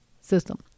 system